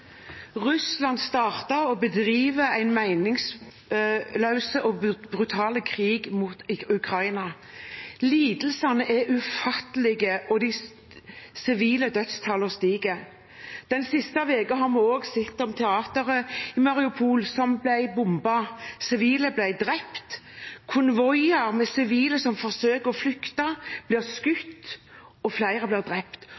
ufattelige, og de sivile dødstallene stiger. Den siste uken har vi også sett teateret i Mariupol som ble bombet. Sivile ble drept. Konvoier med sivile som forsøker å flykte, blir beskutt, og flere blir drept.